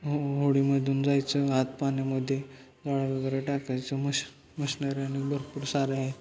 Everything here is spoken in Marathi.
हो होडीमधून जायचं आत पाण्यामध्ये गाळ वगैरे टाकायचं मश मशनरी नि भरपूर सारे आहे